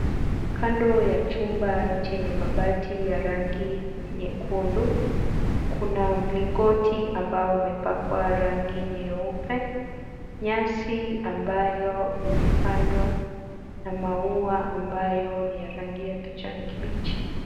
Kando ya chumba chenye mabati ya rangi nyekundu, kuna mlingoti ambao umepakwa rangi nyeupe, nyasi ambayo imepandwa, na maua ambayo ni ya rangi ya kijani kibichi.